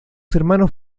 hermanos